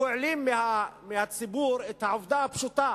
הוא העלים מהציבור את העובדה הפשוטה